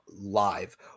live